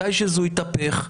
מתישהו זה יתהפך,